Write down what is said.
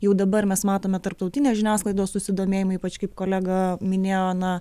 jau dabar mes matome tarptautinės žiniasklaidos susidomėjimą ypač kaip kolega minėjo na